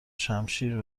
شمشیر